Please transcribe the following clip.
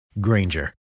Granger